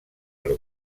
per